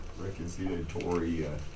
reconciliatory